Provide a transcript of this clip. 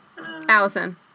Allison